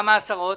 כמה עשרות?